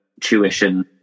tuition